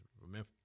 remember